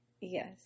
yes